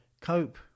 cope